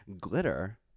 Glitter